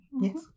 yes